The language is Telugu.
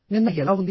నిన్న ఎలా ఉంది